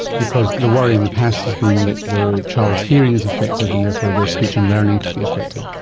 because the worry in the past has been that the child's hearing is affected and therefore their speech and learning could be affected.